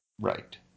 Right